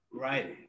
right